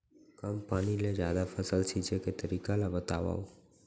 कम पानी ले जादा फसल सींचे के तरीका ला बतावव?